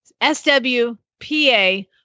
SWPA